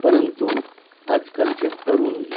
परंतु आजकालचे तरुण